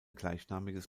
gleichnamiges